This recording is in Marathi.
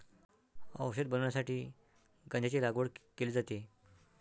औषध बनवण्यासाठी गांजाची लागवड केली जाते